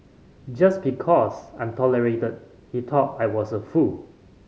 just because I'm tolerated he thought I was a fool